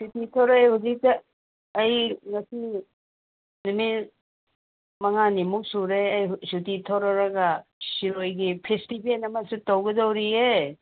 ꯁꯨꯇꯤ ꯊꯣꯔꯛꯑꯦ ꯍꯧꯖꯤꯛꯇ ꯑꯩ ꯉꯁꯤ ꯅꯨꯃꯤꯠ ꯃꯉꯥꯅꯤꯃꯨꯛ ꯁꯨꯔꯦ ꯑꯩ ꯁꯨꯇꯤ ꯊꯣꯔꯛꯂꯒ ꯁꯤꯔꯣꯏꯒꯤ ꯐꯦꯁꯇꯤꯕꯦꯜ ꯑꯃꯁꯨ ꯇꯧꯒꯗꯧꯔꯤꯌꯦ